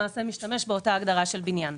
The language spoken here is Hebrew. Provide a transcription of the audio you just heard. למעשה, משתמש באותה ההגדרה של בניין.